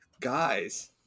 guys